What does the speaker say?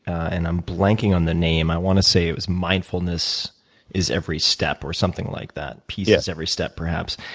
and i'm blanking on the name, i want to say it was mindfulness is every step or something like that, peace is every step, perhaps,